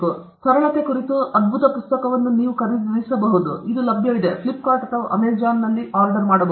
ನಂತರ ಸರಳತೆ ಕುರಿತು ಅವರ ಅದ್ಭುತ ಪುಸ್ತಕವನ್ನು ನೀವು ಖರೀದಿಸಬಹುದು ಇದು ಲಭ್ಯವಿದೆ ನೀವು ಅದನ್ನು ಫ್ಲಿಪ್ಕಾರ್ಟ್ ಅಥವಾ ಅಮೆಜಾನ್ನಲ್ಲಿ ಖರೀದಿಸಬಹುದು